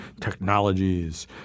technologies